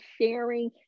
sharing